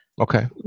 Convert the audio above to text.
okay